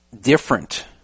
different